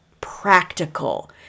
practical